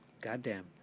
Goddamn